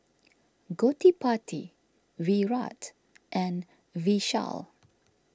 Gottipati Virat and Vishal